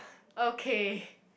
okay